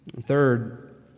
Third